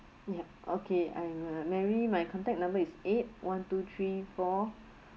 yup okay I'm uh mary my contact number is eight one two three four